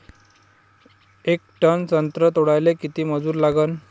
येक टन संत्रे तोडाले किती मजूर लागन?